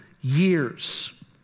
years